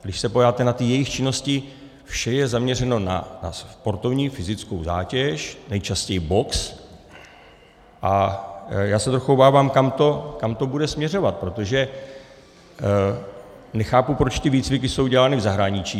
Když se podíváte na jejich činnosti, vše je zaměřeno na sportovní fyzickou zátěž, nejčastěji box, a já se trochu obávám, kam to bude směřovat, protože nechápu, proč ty výcviky jsou dělány v zahraničí.